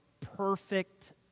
perfect